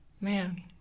Man